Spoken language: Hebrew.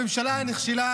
הממשלה נכשלה